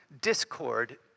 discord